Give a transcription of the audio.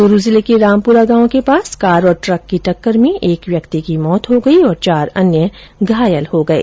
चूरू जिले के रामपुरा गांव के पास कार और ट्रक की टक्कर में एक व्यक्ति की मौत हो गई और चार अन्य घायल हो गये